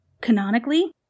canonically